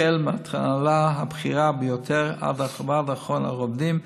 החל מההנהלה הבכירה ביותר ועד אחרון העובדים,